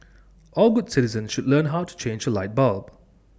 all good citizens should learn how to change A light bulb